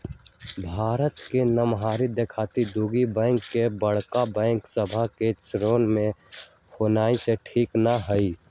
भारत के नमहर देखइते दुगो बैंक के बड़का बैंक सभ के श्रेणी में होनाइ ठीक न हइ